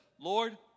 Lord